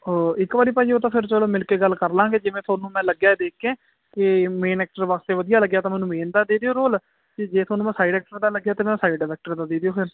ਓ ਇੱਕ ਵਾਰੀ ਭਾਅ ਜੀ ਉਹ ਤਾਂ ਫੇਰ ਚਲੋ ਮਿਲ ਕੇ ਗੱਲ ਕਰਲਾਂਗੇ ਜਿਵੇਂ ਥੋਨੂੰ ਮੈਂ ਲੱਗਿਆ ਦੇਖ ਕੇ ਕੇ ਮੇਨ ਐਕਟਰ ਵਾਸਤੇ ਵਧੀਆ ਲੱਗਿਆ ਤਾਂ ਮੈਨੂੰ ਮੇਨ ਦਾ ਦੇ ਦਿਓ ਰੋਲ ਤੇ ਜੇ ਥੋਨੂੰ ਮੈਂ ਸਾਈਡ ਐਕਟਰ ਦਾ ਲੱਗਿਆ ਤਾਂ ਸਾਈਡ ਆਲੇ ਐਕਟਰ ਦਾ ਦੇ ਦਿਓ ਫੇਰ